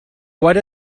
what